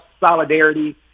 solidarity